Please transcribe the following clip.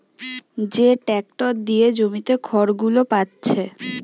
যে ট্যাক্টর দিয়ে জমিতে খড়গুলো পাচ্ছে